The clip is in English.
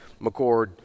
McCord